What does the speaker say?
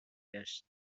گشت